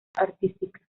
artística